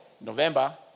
November